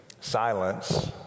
Silence